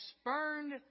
spurned